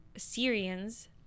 Syrians